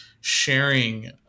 sharing